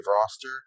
roster